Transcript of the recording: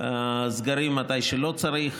סגרים מתי שלא צריך.